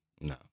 no